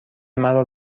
مرا